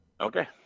Okay